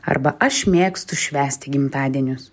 arba aš mėgstu švęsti gimtadienius